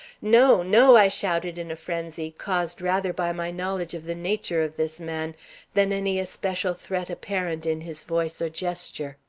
no, no! i shouted in a frenzy, caused rather by my knowledge of the nature of this man than any especial threat apparent in his voice or gesture.